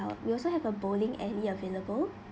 we also have a bowling and it available